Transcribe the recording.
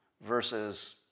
versus